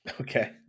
Okay